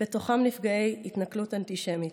ובתוכם נפגעי התנכלות אנטישמית.